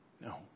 No